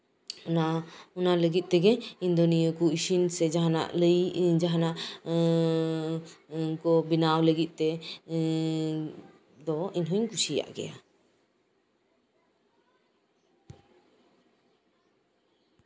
ᱚᱱᱟ ᱚᱱᱟ ᱞᱟᱜᱤᱫ ᱛᱮᱜᱮ ᱤᱧ ᱫᱚ ᱱᱚᱶᱟ ᱠᱚ ᱤᱥᱤᱱ ᱥᱮ ᱡᱟᱦᱟᱱᱟᱜ ᱤᱥᱤᱱ ᱥᱮ ᱡᱟᱦᱟᱱᱟᱜ ᱞᱟᱹᱭ ᱮᱸᱫ ᱠᱚ ᱵᱮᱱᱟᱣ ᱞᱟᱜᱤᱫ ᱛᱮ ᱮᱸᱫ ᱫᱚ ᱤᱧ ᱦᱚᱸᱧ ᱠᱩᱥᱤᱣᱟᱜ ᱜᱮᱭᱟ